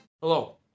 Hello